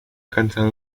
alcanzado